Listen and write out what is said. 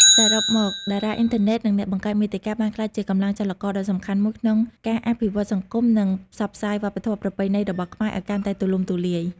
សរុបមក តារាអុីនធឺណិត និងអ្នកបង្កើតមាតិកាបានក្លាយជាកម្លាំងចលករដ៏សំខាន់មួយក្នុងការអភិវឌ្ឍសង្គម និងផ្សព្វផ្សាយវប្បធម៌ប្រពៃណីរបស់ខ្មែរឱ្យកាន់តែទូលំទូលាយ។